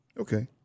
Okay